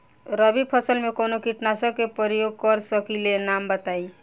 रबी फसल में कवनो कीटनाशक के परयोग कर सकी ला नाम बताईं?